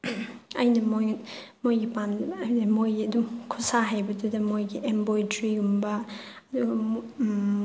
ꯑꯩꯅ ꯃꯣꯏ ꯃꯣꯏꯒꯤ ꯍꯥꯏꯕꯗꯤ ꯃꯣꯏꯒꯤ ꯑꯗꯨꯝ ꯈꯨꯠ ꯁꯥ ꯍꯩꯕꯗꯨꯗ ꯃꯣꯏꯒꯤ ꯏꯝꯕꯣꯏꯗ꯭ꯔꯤꯒꯨꯝꯕ ꯑꯗꯨꯒ